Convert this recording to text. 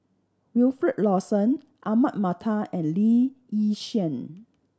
Wilfed Lawson Ahmad Mattar and Lee Yi Shyan